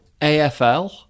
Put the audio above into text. AFL